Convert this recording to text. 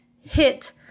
hit